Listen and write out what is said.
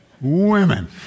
Women